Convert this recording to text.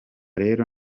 rero